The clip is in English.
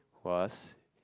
was